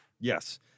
Yes